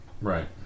Right